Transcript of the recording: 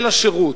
אל השירות.